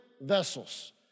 vessels